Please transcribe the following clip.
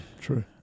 True